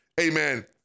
Amen